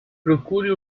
procure